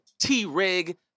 T-Rig